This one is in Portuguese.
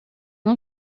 não